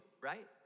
right